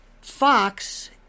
Fox